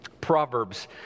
Proverbs